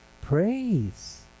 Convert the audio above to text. Praise